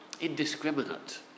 indiscriminate